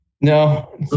No